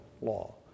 law